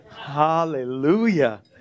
Hallelujah